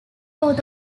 both